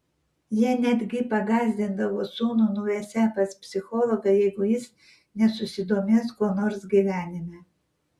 jie netgi pagąsdindavo sūnų nuvesią pas psichologą jeigu jis nesusidomės kuo nors gyvenime